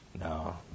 No